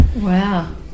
wow